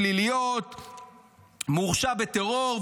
הגזען, ואטורי,